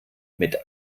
mit